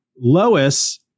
Lois